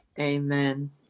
Amen